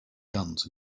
guns